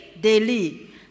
daily